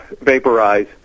vaporize